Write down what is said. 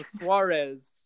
Suarez